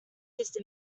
just